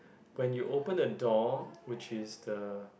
when you open the door which is the